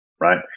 right